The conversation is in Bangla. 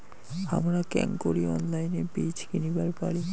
হামরা কেঙকরি অনলাইনে বীজ কিনিবার পারি?